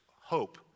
hope